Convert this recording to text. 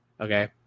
Okay